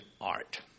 art